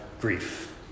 grief